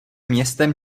městem